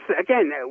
again